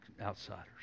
outsiders